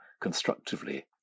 constructively